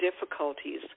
difficulties